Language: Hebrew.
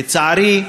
לצערי,